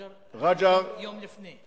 רג'ר, יום לפני.